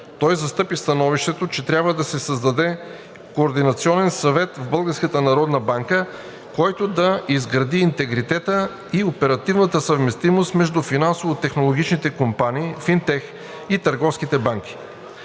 Той застъпи становището, че трябва да се създаде Координационен съвет в Българската народна банка, който да изгради интегритета и оперативната съвместимост между финансово-технологичните компании (финтех) и търговските банки.